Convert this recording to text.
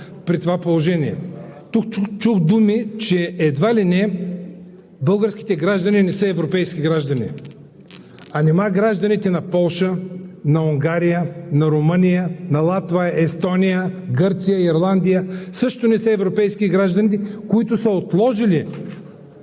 при това положение. Тук чух думи, че едва ли не българските граждани не са европейски граждани. А нима гражданите на Полша, Унгария, Румъния, Литва, Естония, Гърция, Ирландия също не са европейски граждани, които са отложили